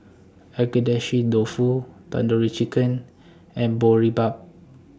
Agedashi Dofu Tandoori Chicken and Boribap